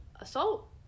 assault